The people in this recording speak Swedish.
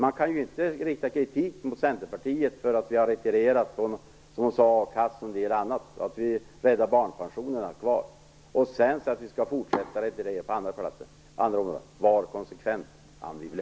Man kan inte kritisera Centern för att ha retirerat när det gäller a-kassan och för att ha räddat barnpensionerna kvar, och sedan säga att vi skall retirera på andra områden. Var konsekvent, Anne Wibble!